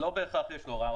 לא בהכרח יש לו ראוטר.